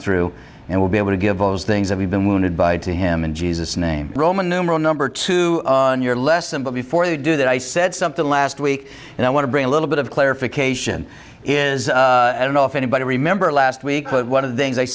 through and will be able to give all those things that we've been wounded by to him in jesus name roman numeral number two in your lesson but before they do that i said something last week and i want to bring a little bit of clarification is i don't know if anybody remember last week one of the things